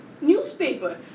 newspaper